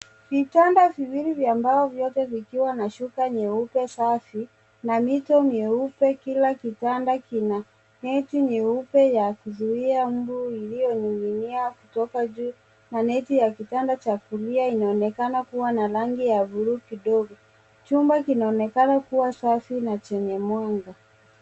Vitanda viwili vya mbao vyote vikiwa na shuka nyeupe safi na mito mieupe kila kitanda kina net nyeupe ya kuzuia mbu iliyoning'nia kutoka juu na net ya kitanda cha kulia inaonekana kuwa na rangi ya bluu kidogo. Chumba kinaonekana kuwa safi na chenye mwanga.